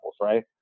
right